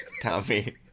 Tommy